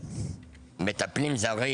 מטפלים זרים